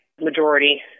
majority